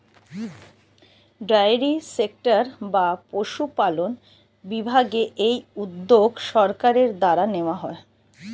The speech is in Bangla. ডেয়ারি সেক্টর বা পশুপালন বিভাগে এই উদ্যোগ সরকারের দ্বারা নেওয়া হয়